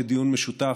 כדיון משותף,